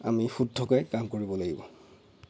আমি শুদ্ধকৈ কাম কৰিব লাগিব